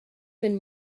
been